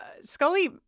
Scully